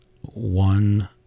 one